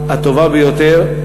הטובה ביותר.